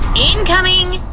incoming!